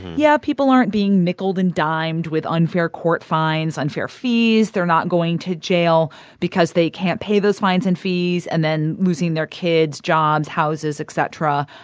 yeah. people aren't being nickeled and dimed with unfair court fines, unfair fees. they're not going to jail because they can't pay those fines and fees and then losing their kids, jobs, houses, et cetera.